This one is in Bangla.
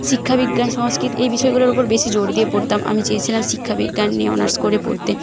শিক্ষাবিজ্ঞান সংস্কৃত এই বিষয়গুলোর ওপর বেশি জোর দিয়ে পড়তাম আমি চেয়েছিলাম শিক্ষাবিজ্ঞান নিয়ে অনার্স করে পড়তে